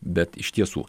bet iš tiesų